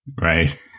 Right